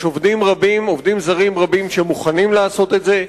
יש עובדים זרים רבים שמוכנים לעשות את זה.